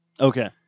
Okay